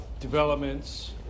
developments